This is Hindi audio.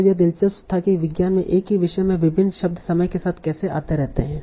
तो यह दिलचस्प था कि विज्ञान में एक ही विषय में विभिन्न शब्द समय के साथ कैसे आते रहते हैं